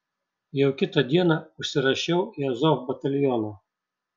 jau kitą dieną užsirašiau į azov batalioną